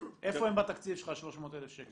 איפה הם בתקציב שלך, ה-300,000 שקל האלה?